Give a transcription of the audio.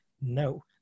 no